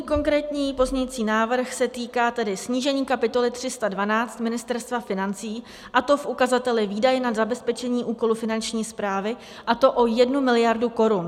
Můj konkrétní pozměňovací návrh se týká snížení kapitoly 312 Ministerstva financí, a to v ukazateli výdaje na zabezpečení úkolů Finanční správy, a to o jednu miliardu korun.